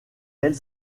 elle